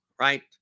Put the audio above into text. right